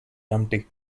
dumpty